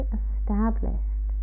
established